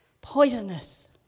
poisonous